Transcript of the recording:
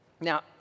Now